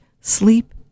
sleep